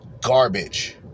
garbage